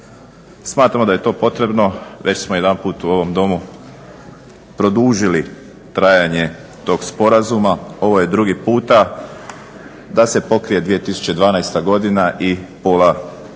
Smatramo da je to potrebno. Već smo jedanput u ovom Domu produžili trajanje tog sporazuma, ovo je drugi puta da se pokrije 2012.godina i pola